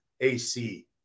AC